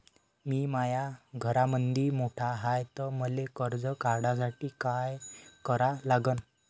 मी माया घरामंदी मोठा हाय त मले कर्ज काढासाठी काय करा लागन?